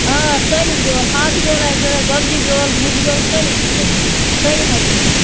آ سٲلِم بیوٚل ہاکہٕ بیوٚل آسہِ ضروٗرت گۄگجہِ بیوٚل مُجہِ بیوٚل سٲلِم چھِ بنان سٲلِم حظ چھُ